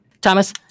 Thomas